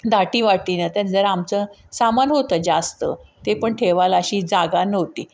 दाटीवाटीनं त्या जर आमचं सामान होतं जास्त ते पण ठेवायला अशी जागा नव्हती